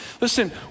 Listen